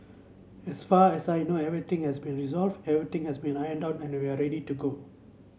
as far as I know everything has been resolved everything has been ironed out and we are ready to go